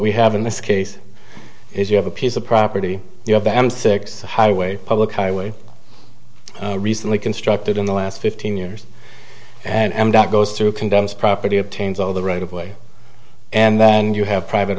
we have in this case if you have a piece of property you have them six highway public highway recently constructed in the last fifteen years and out goes through condemns property obtains all the right of way and then you have private